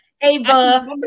Ava